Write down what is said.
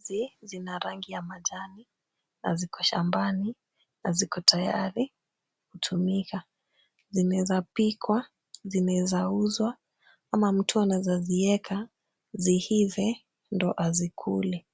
Ndizi zina rangi ya majani na ziko shambani na ziko tayari kutumika. Zinaezapikwa, zinaezauzwa ama mtu anaezazieka ziive ndio azikule.